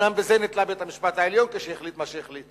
אומנם בזה נתלה בית-המשפט העליון כשהחליט מה שהחליט,